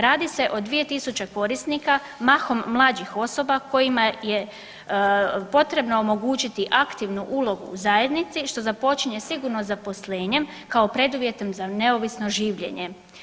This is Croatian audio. Radi se o 2000 korisnika mahom mlađih osoba kojima je potrebno omogućiti aktivnu ulogu u zajednici što započinje sigurno zaposlenjem kao preduvjetom za neovisno življenje.